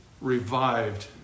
revived